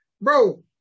Bro